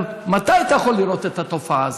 הוא אמר: מתי אתה יכול לראות את התופעה הזאת?